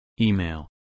Email